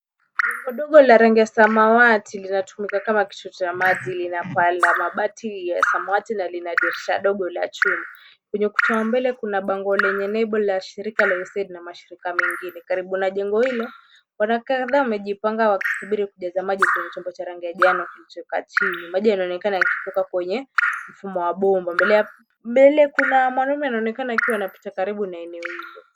Jengo dogo la rangi ya samawati linatumika kama kituo cha maji, lina paa la mabati la samawati na kina gesha dogo la chuma. Kwenye ukuta wa mbele kuna bango lenye nembo la shirika la USAID na mashirika mengine. Karibu na jengo hilo, wanawake kadhaa wamejipanga wakisubiri kujaza maji kwenye chombo cha rangi ya njano kilichokaa chini. Maji yanaonekana yakitoka kwenye mfumo wa bomba. Mbele kuna mwanaume anayeonekana akiwa anapita karibu na eneo hilo.